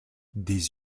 des